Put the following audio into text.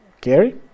Gary